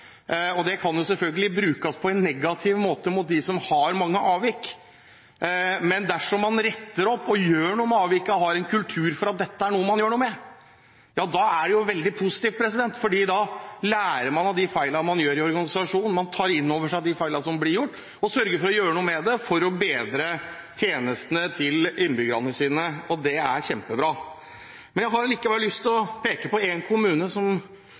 Det kan selvfølgelig brukes på en negativ måte mot dem som har mange avvik. Men dersom man retter opp og gjør noe med avvikene, har en kultur for at dette er noe man gjør noe med, da er det veldig positivt, for da lærer man av de feilene man gjør i organisasjonen. Man tar inn over seg de feilene som blir gjort, og sørger for å gjøre noe med det, for å bedre tjenestene til innbyggerne sine. Det er kjempebra. Likevel har jeg lyst til å peke på en kommune